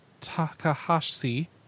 Takahashi